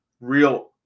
real